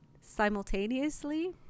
simultaneously